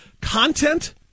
Content